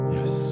Yes